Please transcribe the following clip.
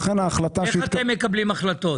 איך אתם מקבלים החלטות?